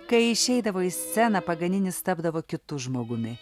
kai išeidavo į sceną paganinis tapdavo kitu žmogumi